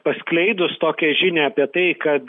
paskleidus tokią žinią apie tai kad